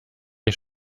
ich